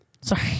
Sorry